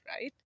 right